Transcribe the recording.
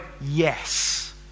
Yes